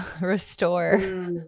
restore